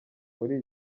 muri